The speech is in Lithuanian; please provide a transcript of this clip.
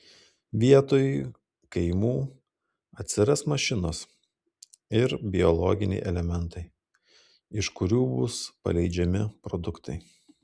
vietoj kaimų atsiras mašinos ir biologiniai elementai iš kurių bus paleidžiami produktai